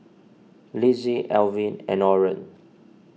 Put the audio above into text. Lizzie Elvin and Orren